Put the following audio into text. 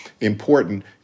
important